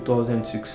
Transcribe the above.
2006